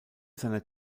seiner